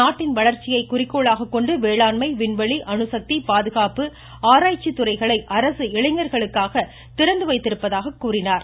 நாட்டின் வளர்ச்சியை குறிக்கோளாக கொண்டு வேளாண்மை விண்வெளி அணுசக்தி பாதுகாப்பு அரசு இளைஞர்களுக்காக திறந்துவைத்திருப்பதாக கூறினார்